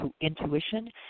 intuition